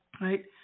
right